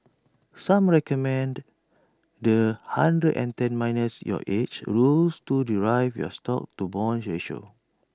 some recommend the hundred and ten minus your age rules to derive your stocks to bonds ratio